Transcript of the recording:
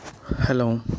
Hello